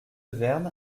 vern